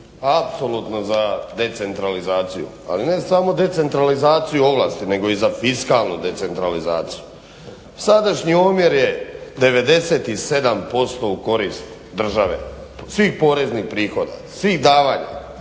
apsolutno za decentralizaciju, ali ne samo decentralizaciju ovlasti nego i za fiskalnu decentralizaciju. Sadašnji omjer je 97% u korist države svih poreznih prihoda, svih davanja,